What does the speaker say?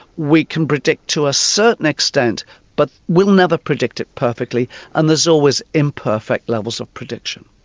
we can predict to a certain extent but we'll never predict it perfectly and there's always imperfect levels of prediction.